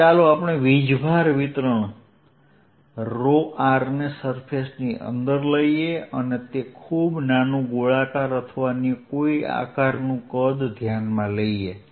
તો ચાલો આપણે વીજભાર વિતરણ ને સરફેસની અંદર લઈએ અને ખૂબ નાનું ગોળાકાર અથવા અન્ય કોઈ આકારનું કદ ધ્યાનમાં લઈએ